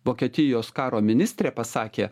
vokietijos karo ministrė pasakė